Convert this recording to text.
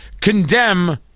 condemn